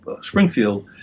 Springfield